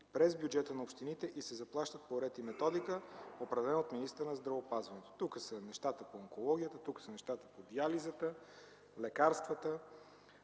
през бюджета на общините и се заплащат по ред и методика, определени от министъра на здравеопазването. Тук са нещата по онкологията, диализата, лекарствата.